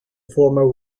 former